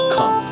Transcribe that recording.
Come